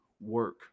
work